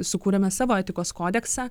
sukūrėme savo etikos kodeksą